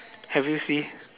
have you see